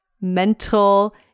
mental